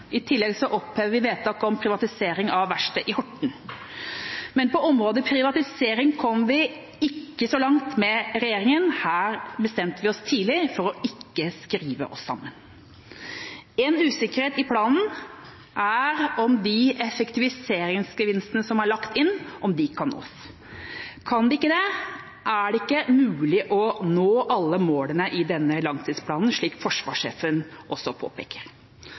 I tillegg opphever vi vedtak om privatisering av verkstedet i Horten. Men på området privatisering kom vi ikke så langt med regjeringa. Her bestemte vi oss tidlig for ikke å skrive oss sammen. En usikkerhet i planen er om de effektiviseringsgevinstene som er lagt inn, kan nås. Kan de ikke det, er det ikke mulig å nå alle målene i denne langtidsplanen, slik forsvarssjefen også påpeker.